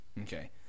okay